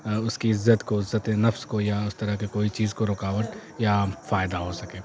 اس کی عزت کو عزت نفس کو یا اس طرح کے کوئی چیز کو رکاوٹ یا فائدہ ہو سکے